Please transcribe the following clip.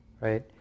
Right